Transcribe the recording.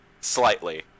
Slightly